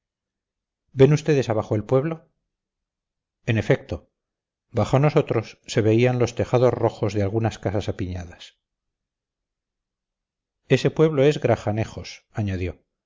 ven ustedes abajo el pueblo en efecto bajo nosotros se veían los tejados rojos de algunas casas apiñadas ese pueblo es grajanejos añadió